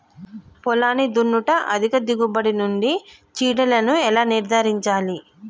పొలాన్ని దున్నుట అధిక దిగుబడి నుండి చీడలను ఎలా నిర్ధారించాలి?